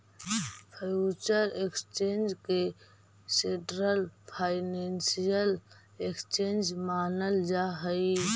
future exchange के central financial exchange मानल जा हइ